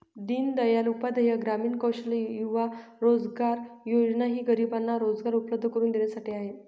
दीनदयाल उपाध्याय ग्रामीण कौशल्य युवा रोजगार योजना ही गरिबांना रोजगार उपलब्ध करून देण्यासाठी आहे